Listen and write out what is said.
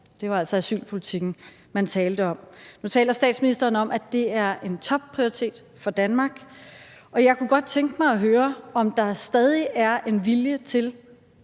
Det var altså asylpolitikken, man talte om. Nu taler statsministeren om, at det er en topprioritet for Danmark. Jeg kunne godt tænke mig at høre, om der stadig er en vilje til